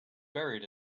buried